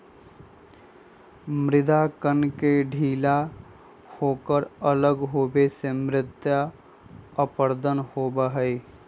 मृदा कण के ढीला होकर अलग होवे से मृदा अपरदन होबा हई